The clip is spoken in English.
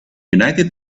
united